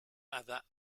other